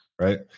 right